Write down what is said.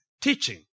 teaching